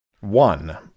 One